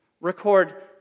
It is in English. record